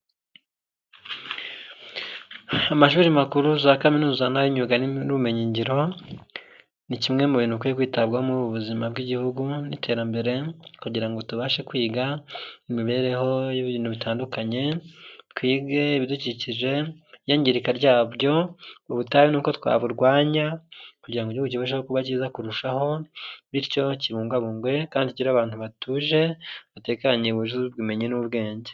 Amashuri makuru, za kaminuza nay'imyuga n'ubumenyiyingiro, ni kimwe mu bintu bikwiye kwitabwaho muri ubuzima bw'igihugu n'iterambere, kugira ngo tubashe kwiga imibereho y'ibintu bitandukanye, twige ibidukikije, iyangirika ryabyo, ubutayu n'uko twaburwanya, kugira ngo igihugu kibashe kuba cyiza kurushaho, bityo kibungabungwe kandi kigire abantu batuje, batekanye mu by'ubumenyi n'ubwenge.